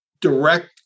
direct